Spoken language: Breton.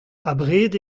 abred